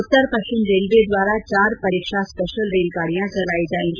उत्तर पश्चिम रेलवे द्वारा चार परीक्षा स्पेशल रेलगाडियां चलायी जाएगी